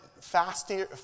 faster